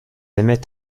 aimaient